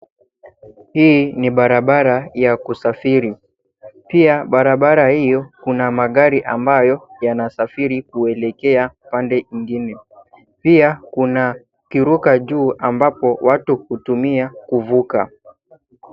Hii ni barabara ya kusafiri. Pia, barabara hiyo kuna magari ambayo yanasafiri kuelekea pande nyingine. Pia kuna kiruka juu ambapo watu hutumia kuvuka.